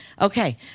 okay